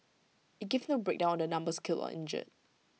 IT gave no breakdown on the numbers killed or injured